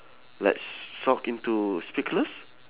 like shock into speechless